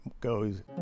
goes